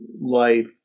life